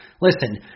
Listen